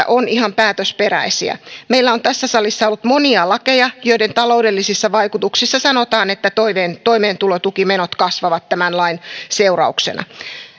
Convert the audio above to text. on ihan päätösperäisiä meillä on tässä salissa ollut monia lakeja joiden taloudellisista vaikutuksista sanotaan että toimeentulotukimenot kasvavat tämän lain seurauksena